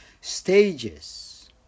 stages